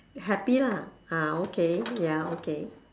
happy lah ah okay ya okay